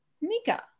Mika